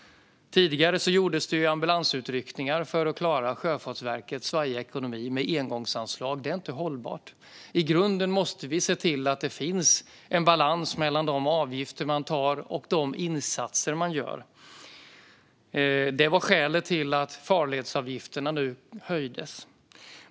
Tidigare gjordes det ambulansutryckningar med engångsanslag för att klara Sjöfartsverkets svajiga ekonomi. Det är inte hållbart. I grunden måste vi se till att det finns en balans mellan de avgifter man tar ut och de insatser man gör. Det var skälet till att farledsavgifterna nu höjdes.